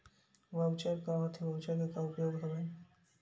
Voucher का होथे voucher के का उपयोग हवय?